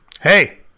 Hey